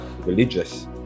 religious